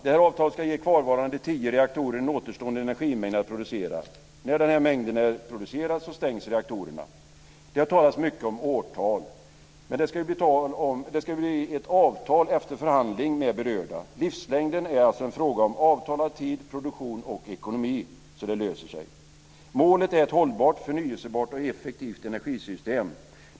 Det här avtalet ska ge kvarvarande tio reaktorer en återstående energimängd att producera. När denna mängd är producerad stängs reaktorerna. Det har talats mycket om årtal. Men det ska bli ett avtal efter förhandling med berörda. Livslängden är alltså en fråga om avtalad tid, produktion och ekonomi. Så det löser sig. Målet är ett hållbart, förnyelsebart och effektivt energisystem.